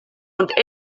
und